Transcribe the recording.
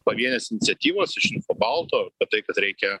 pavienės iniciatyvos iš info balto apie tai kad reikia